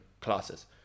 classes